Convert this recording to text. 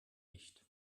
nicht